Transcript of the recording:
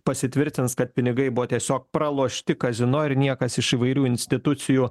pasitvirtins kad pinigai buvo tiesiog pralošti kazino ir niekas iš įvairių institucijų